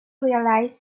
realized